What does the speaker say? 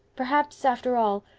perhaps, after all,